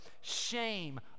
shame